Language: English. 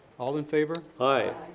all in favor. aye.